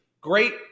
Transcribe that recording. great